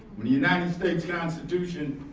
when, the united states constitution,